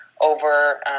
over